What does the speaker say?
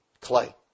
clay